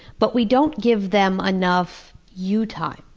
but we don't give them enough you-time.